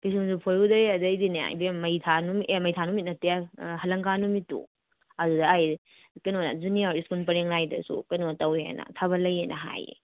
ꯄꯤꯁꯨꯝꯁꯨ ꯐꯣꯏꯔꯨꯕꯗꯩ ꯑꯗꯩꯗꯤꯅꯦ ꯏꯕꯦꯝꯃ ꯃꯩ ꯊꯥ ꯅꯨꯃꯤꯠ ꯑꯦ ꯃꯩ ꯊꯥ ꯅꯨꯃꯤꯠ ꯅꯠꯇꯦ ꯍꯂꯪꯀꯥ ꯅꯨꯃꯤꯠꯇꯣ ꯑꯗꯨꯗ ꯑꯩ ꯀꯩꯅꯣꯅꯦ ꯖꯨꯅꯤꯌꯥꯔ ꯁ꯭ꯀꯨꯜ ꯄꯔꯦꯡ ꯂꯥꯏꯟꯗꯁꯨ ꯀꯩꯅꯣ ꯇꯧꯋꯦꯅ ꯊꯥꯕꯜ ꯂꯩꯌꯦꯅ ꯍꯥꯏꯌꯦ